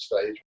stage